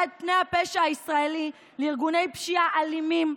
את פני הפשע הישראלי לארגוני פשיעה אלימים,